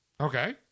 Okay